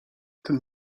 ten